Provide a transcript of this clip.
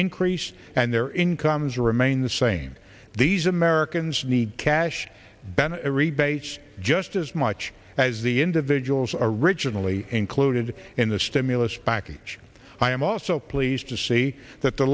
increase and their incomes remain the same these americans need cash ben rebates just as much as the individuals are originally included in the stimulus package i am also pleased to see that the